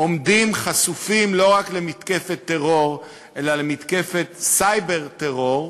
עומדים חשופים לא רק למתקפת טרור אלא למתקפת סייבר טרור,